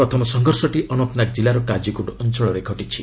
ପ୍ରଥମ ସଂଘର୍ଷଟି ଅନନ୍ତନାଗ କିଲ୍ଲାର କାଜିଗୁଣ୍ଡ ଅଞ୍ଚଳରେ ଘଟିଛି